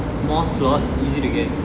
more slots easy to get